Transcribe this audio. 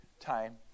time